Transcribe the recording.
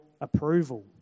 approval